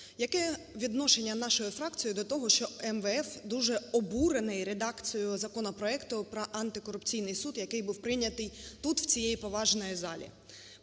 яке відношення нашої фракції до того, що МВФ дуже обурений редакцією законопроекту про антикорупційний суд, який був прийнятий тут, в цій поважній залі.